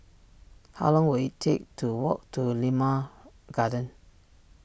how long will it take to walk to Limau Garden